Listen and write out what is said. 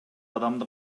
адамды